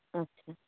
ᱟᱪᱪᱷᱟ